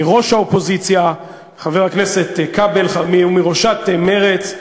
מראש האופוזיציה, חבר הכנסת כבל, ומראשת מרצ,